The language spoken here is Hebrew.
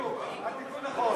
בדיוק, התיקון נכון.